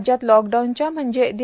राज्यात लॉकडाऊनच्या म्हणजे दि